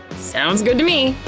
sounds good to me!